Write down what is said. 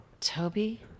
Toby